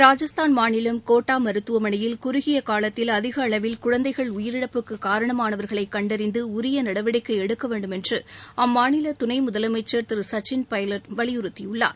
ராஜஸ்தான் மாநிலம் கோட்டா மருத்துவமனையில் குறுகிய காலத்தில் அதிகளவில் குழந்தைகள் உயிரிழப்புக்கு காரணமானவர்களை கண்டறிந்து உரிய நடவடிக்கை எடுக்க வேண்டும் என்று அம்மாநில துணை முதலமைச்சர் திரு சச்சின் பைலட் வலியுறுத்தியுள்ளார்